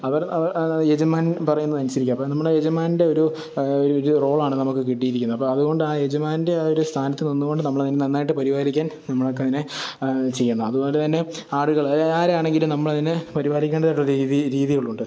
അവര് യജമാനന് പറയുന്നതനുസരിക്കും അപ്പോൾ നമ്മൾ യജമാനന്റെ ഒരു ഓരോരോ റോളാണ് നമുക്ക് കിട്ടിയിരിക്കുന്നത് അപ്പോൾ അതുകൊണ്ട് ആ യജമാന്റെ ആ ഒരു സ്ഥാനത്തു നിന്നു കൊണ്ട് നമ്മളതിനെ നന്നായിട്ട് പരിപാലിക്കാന് നമ്മള്ക്കതിനെ ചെയ്യുന്നു അതുപോലെതന്നെ ആടുകൾ ആരാണെങ്കിലും നമ്മളതിനെ പരിപാലിക്കേണ്ടതായിട്ടുള്ള രീതി രീതികളുണ്ട്